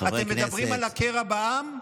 אתם מדברים על הקרע בעם?